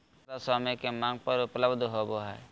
खाता स्वामी के मांग पर उपलब्ध होबो हइ